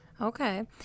Okay